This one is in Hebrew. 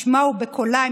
בשמה ובקולה,